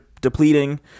depleting